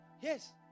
Yes